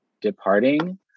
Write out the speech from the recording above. departing